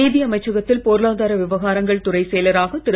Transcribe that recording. நிதி அமைச்சகத்தில் பொருளாதார விவகாரங்கள் துறைச் செயலராக திரு